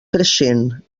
creixent